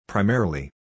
Primarily